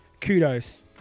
Kudos